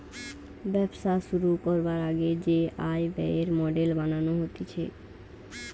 ব্যবসা শুরু করবার আগে যে আয় ব্যয়ের মডেল বানানো হতিছে